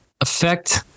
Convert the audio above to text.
affect